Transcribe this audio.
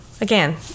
Again